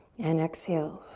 and exhale.